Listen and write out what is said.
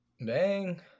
Bang